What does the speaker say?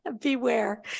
beware